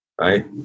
right